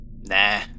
Nah